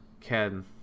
Ken